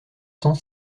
cent